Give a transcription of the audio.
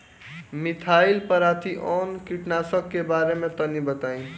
Methyl parathion कीटनाशक के बारे में तनि बताई?